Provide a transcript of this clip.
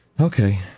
Okay